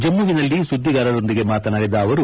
ಜಮ್ಮುವಿನಲ್ಲಿ ಸುದ್ದಿಗಾರರೊಂದಿಗೆ ಮಾತನಾಡಿದ ಅವರು